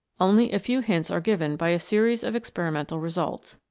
only a few hints are given by a series of experimental results.